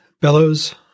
Bellows